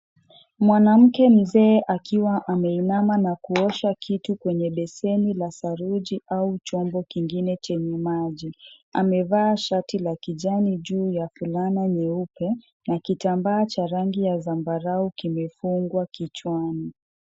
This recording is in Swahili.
Mwanamke mzee akiwa ameinama na kuosha kitu kwenye baseni la saruji au kingine chenye maji. Amevaa shati la kijani juu ya fulana nyeupe na kitambaa cha rangi ya zabarau kimefungwa kichwani.